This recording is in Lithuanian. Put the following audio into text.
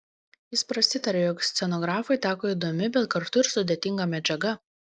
jis prasitarė jog scenografui teko įdomi bet kartu ir sudėtinga medžiaga